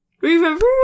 Remember